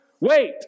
Wait